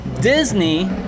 Disney